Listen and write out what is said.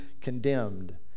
condemned